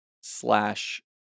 slash